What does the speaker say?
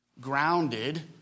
grounded